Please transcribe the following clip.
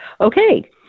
Okay